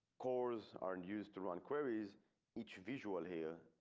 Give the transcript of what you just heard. cores aren't used to run queries each visual here.